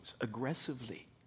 aggressively